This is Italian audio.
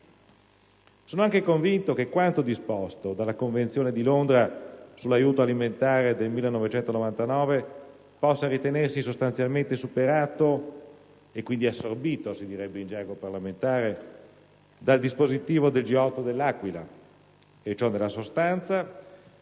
Sono convinto che quanto disposto dalla Convenzione di Londra sull'aiuto alimentare nel 1999 possa ritenersi sostanzialmente superato e, quindi, assorbito - così si direbbe in gergo parlamentare - dal dispositivo del G8 dell'Aquila; tanto nella sostanza,